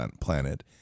planet